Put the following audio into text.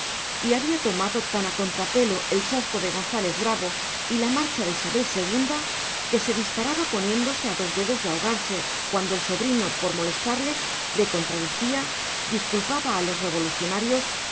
y había tomado tan a contrapelo el chasco de gonzález bravo y la marcha de isabel ii que se disparaba poniéndose a dos dedos de ahogarse cuando el sobrino por molestarle le contradecía disculpaba a los revolucionarios